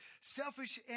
selfish